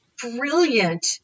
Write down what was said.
brilliant